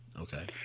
Okay